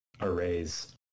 arrays